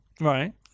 Right